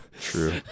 True